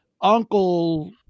Uncle